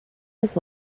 his